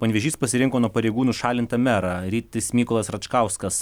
panevėžys pasirinko nuo pareigų nušalintą merą rytis mykolas račkauskas